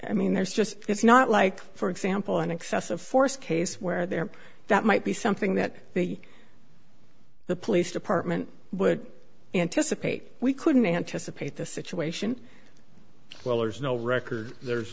i mean there's just it's not like for example an excessive force case where there that might be something that the the police department would anticipate we couldn't anticipate the situation well there's no record there's